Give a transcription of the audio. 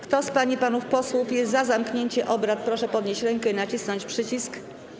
Kto z pań i panów posłów jest za zamknięciem obrad, proszę podnieść rękę i nacisnąć przycisk.